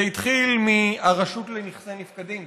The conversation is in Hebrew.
זה התחיל מהרשות לנכסי נפקדים,